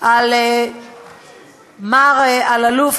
על מר אלאלוף,